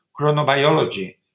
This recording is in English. chronobiology